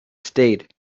stayed